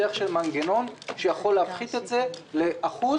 בדרך של מנגנון שיכול להפחית את זה לאחוז,